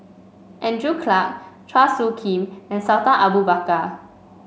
Andrew Clarke Chua Soo Khim and Sultan Abu Bakar